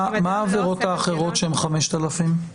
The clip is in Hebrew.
מה העבירות האחרות שהן 5,000 שקל?